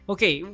Okay